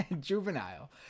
juvenile